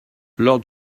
lord